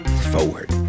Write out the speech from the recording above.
forward